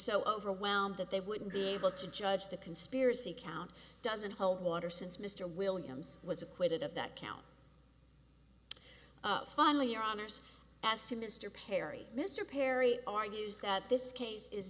so overwhelmed that they wouldn't be able to judge the conspiracy count doesn't hold water since mr williams was acquitted of that count finally your honors as to mr perry mr perry argues that this case is